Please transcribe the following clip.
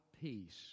peace